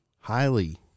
highly